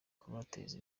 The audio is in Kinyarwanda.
kubateza